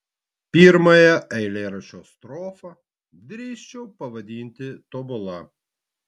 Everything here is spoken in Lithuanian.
pirmąją eilėraščio strofą drįsčiau pavadinti tobula